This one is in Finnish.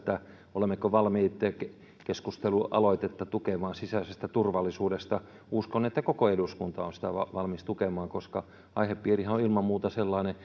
olemmeko valmiit tukemaan keskustelualoitetta sisäisestä turvallisuudesta uskon että koko eduskunta on sitä valmis tukemaan koska aihepiirihän on ilman muuta sellainen